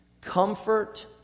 Comfort